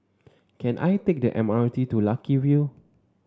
can I take the M R T to Lucky View